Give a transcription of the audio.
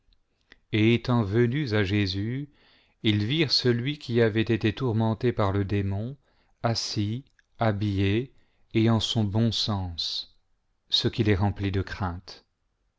et étant venus à jésus ils virent celui qui avait été tourmenté par le démon assis habillé et en son bon sens ce qui les remplit de crainte